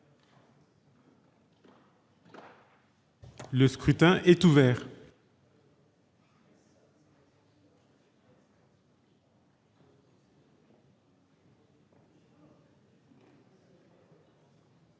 Le scrutin est ouvert.